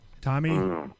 Tommy